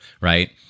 right